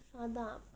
!hanna!